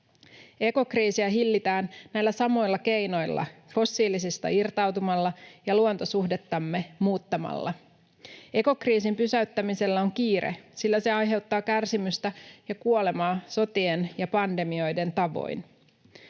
Ekokriisiä hillitään näillä samoilla keinoilla — fossiilisista irtautumalla ja luontosuhdettamme muuttamalla. Ekokriisin pysäyttämisellä on kiire, sillä se aiheuttaa kärsimystä ja kuolemaa sotien ja pandemioiden tavoin.